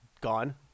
gone